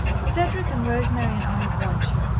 cedric and rosemary and i want you,